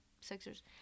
Sixers